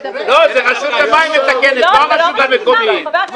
זה רשות המים מתקנת, לא הרשות המקומית.